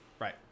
right